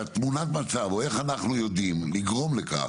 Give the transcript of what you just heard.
תמונת המצב, או איך אנחנו יודעים לגרום לכך,